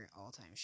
all-time